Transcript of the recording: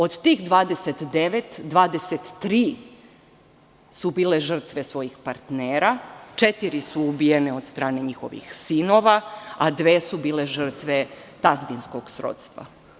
Od tih 29, 23 su bile žrtve svojih partnera, četiri su ubijene od strane njihovih sinova, a dve su bile žrtve tazbinskog srodstva.